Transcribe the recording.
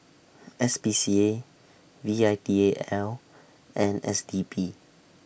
S P C A V I T A L and S D P